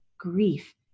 grief